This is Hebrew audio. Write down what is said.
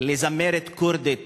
טלפנו לזמרת כורדית